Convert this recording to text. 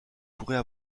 pourrait